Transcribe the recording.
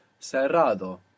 cerrado